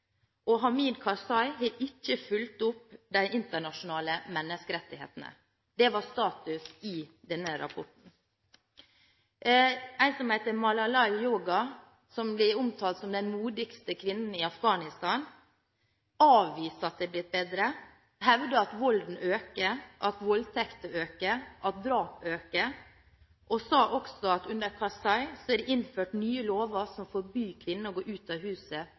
og Hamid Karzai har ikke fulgt opp de internasjonale menneskerettighetene. Det var status etter denne rapporten. En som heter Malalai Joya, som blir omtalt som den modigste kvinnen i Afghanistan, avviser at det har blitt bedre. Hun hevder at volden øker, at voldtektene øker, at drap øker, og hun sa også at under Karzai er det innført nye lover som forbyr kvinner å gå ut av huset